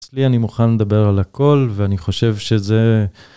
אצלי אני מוכן לדבר על הכל, ואני חושב שזה...